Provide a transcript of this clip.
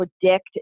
predict